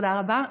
תודה רבה.